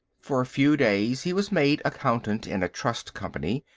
for a few days he was made accountant in a trust company.